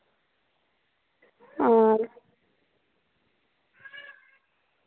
आं